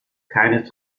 keine